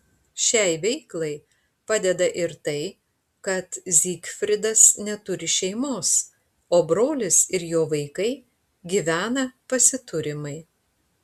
šiai veiklai padeda ir tai kad zygfridas neturi šeimos o brolis ir jo vaikai gyvena pasiturimai